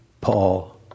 Paul